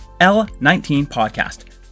L19Podcast